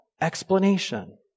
explanation